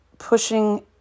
pushing